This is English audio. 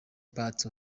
part